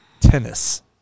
tennis